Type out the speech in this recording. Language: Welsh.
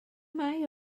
mae